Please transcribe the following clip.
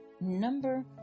number